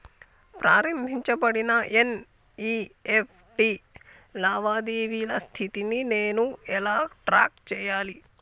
ప్రారంభించబడిన ఎన్.ఇ.ఎఫ్.టి లావాదేవీల స్థితిని నేను ఎలా ట్రాక్ చేయాలి?